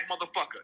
motherfucker